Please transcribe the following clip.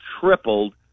tripled